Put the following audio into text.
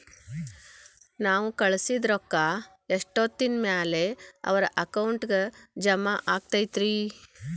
ನಾವು ಕಳಿಸಿದ್ ರೊಕ್ಕ ಎಷ್ಟೋತ್ತಿನ ಮ್ಯಾಲೆ ಅವರ ಅಕೌಂಟಗ್ ಜಮಾ ಆಕ್ಕೈತ್ರಿ?